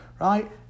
right